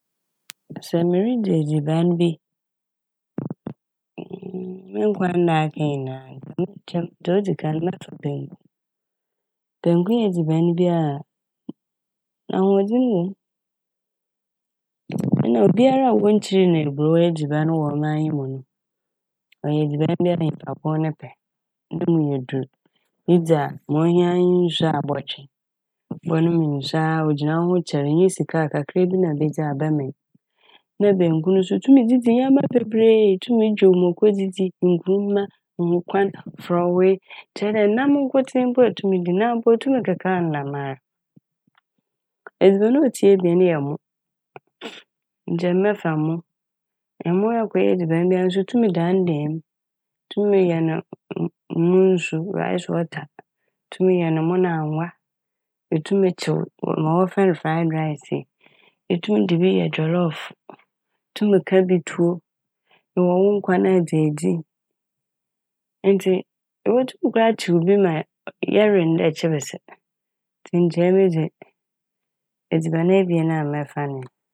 Sɛ miridzi edziban bi mo nkwada aka nyinaa a nka mɛkyɛm. Dza odzikan mɛfa benku. Benku yɛ edziban bi a ahoɔdzen wɔ m' nna obiara wonnkyir no eburow edziban no wɔ ɔman yi mu no. Ɔyɛ edziban bi a nyimpa kor no pɛ, no mu yɛ dur. Edzi a ma ohia ara nye nsu a ɛbɔtwe, ebɔnoom nsu a, ogyina wo ho kyɛr. Innyi sika a kakra bi na ebedzi ebɛmee. Na benku no so itum dze dzi ndzɛma bebree. Itum dwow muoko dze dzi, nkruma, nkwan, frɔwee, kyerɛ dɛ enam nkotsee po itum dze dzi. Naa mpo itum kekaw ne dɛmara. Edziban a otsia ebien no yɛ mo. Nkyɛ mɛfa mo, emo akɔyɛ edziban bi so a itum dandeem. Itum yɛ mo-mo nsu "rice water" itum yɛ no mo na angoa, itum kyew ma wɔfrɛ no "fried rice" yi, itum dze bi yɛ "jollof" itum ka bi tuo, ewɔ wo nkwan a edze edzi. Ntsi ebotum mpo akyew bi, ma yɛwe ne dɛ kyebis. Ntsi nkyɛ emi dze edziban ebien a mɛfa nye n'.